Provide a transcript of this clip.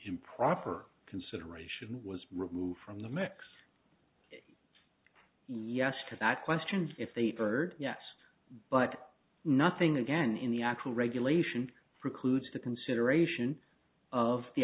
improper consideration was removed from the mechs yes to that question if they were yes but nothing again in the actual regulation precludes the consideration of the